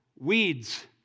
weeds